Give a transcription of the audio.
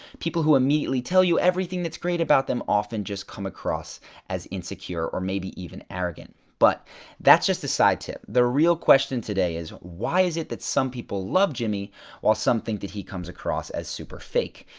people who immediately tell you everything that's great about them often just come across as insecure or maybe even arrogant but that's just a side tip. the real question today is why is it that some people love jimmy while some think that he comes across as super fake?